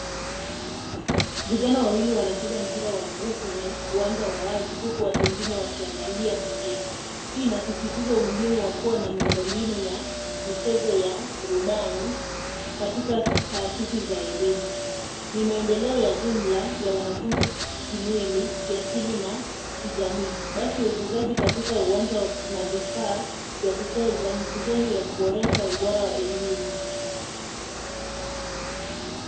Vijana wawili wanacheza mpira wa mguu kwenye uwanja wa wazi, huku watu wengine wakiangalia pembeni. Hii inasisitiza umuhimu wa kuwa na miundo mbinu ya michezo, ya burudani katika taasisi za elimu. Ni maendeleo ya jumla ya wanafunzi kimwili, kiakili na kijamii. Basi uwekezaji katika uwanja na vifaa vya kucheza, ni sehemu ya kuboresha ubora wa elimu.